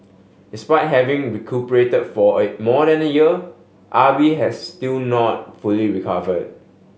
despite having recuperated fora more than a year Ah Bi has still not fully recovered